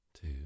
two